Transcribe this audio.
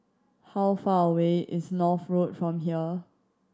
how far away is North Road from here